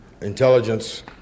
Intelligence